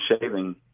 shaving